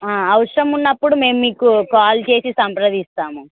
అవసరం ఉన్నప్పుడు మేము మీకు కాల్ చేసి సంప్రదిస్తాము